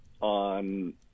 on